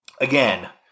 again